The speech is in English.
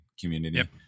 community